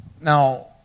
Now